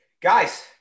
Guys